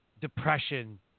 depression